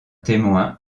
témoin